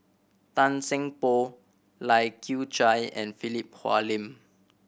Tan Seng Poh Lai Kew Chai and Philip Hoalim